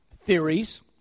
theories